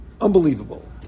Unbelievable